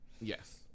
Yes